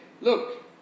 Look